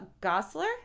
Gosler